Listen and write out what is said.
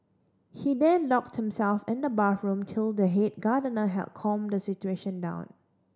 he then locked himself in the bathroom till the head gardener had calmed the situation down